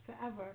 forever